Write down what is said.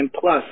Plus